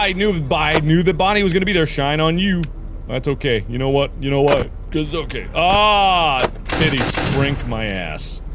knew by knew that bonnie was gonna be there shine on you that's ok you know what you know what cuz ok ah titty sprink my ass